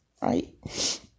right